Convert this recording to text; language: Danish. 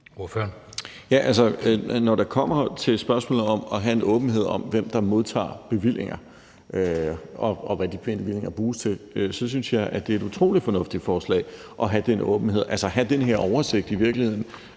Når det kommer til spørgsmålet om at have en åbenhed om, hvem der modtager bevillinger, og hvad de bevillinger bruges til, så synes jeg, det er et utrolig fornuftigt forslag at have den åbenhed, altså i virkeligheden